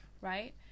right